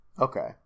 Okay